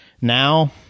Now